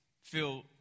feel